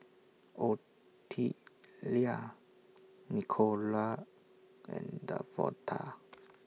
Ottilia Nicola and Davonta